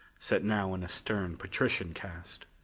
set now in a stern patrician cast.